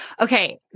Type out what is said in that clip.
Okay